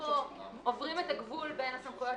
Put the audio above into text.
--- עוברים את הגבול בין הסמכויות